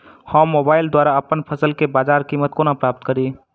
हम मोबाइल द्वारा अप्पन फसल केँ बजार कीमत कोना प्राप्त कड़ी?